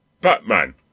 Batman